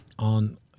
On